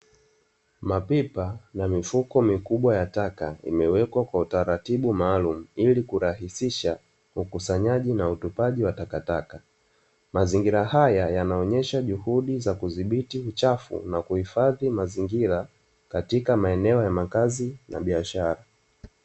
Mapipa na mifuko mikubwa ya taka imewekwa kwa utaratibu maalumu, ili kurahisisha ukusanyaji na utupaji wa takataka, mazingira haya yanaonesha juhudi za kudhibiti uchafu na kuhifadhi mazingira katika maeneo ya makazi na ya biashara.